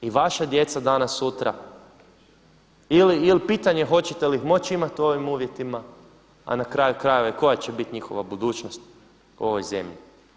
I vaša djeca danas sutra ili pitanje hoćete li ih moći imati u ovim uvjetima, a na kraju krajeva koja će biti njihova budućnost u ovoj zemlji.